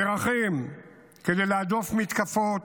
נערכים כדי להדוף מתקפות